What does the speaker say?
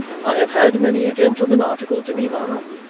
i have had many a gentleman articled to me, ma'am,